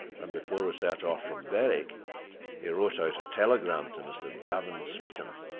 and before we set off from berwick he wrote out a telegram to mr. gavin smeaton,